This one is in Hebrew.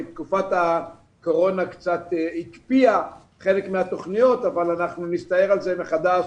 תקופת הקורונה קצת הקפיאה חלק מהתוכניות אבל אנחנו נסתער על זה מחדש